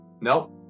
Nope